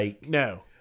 No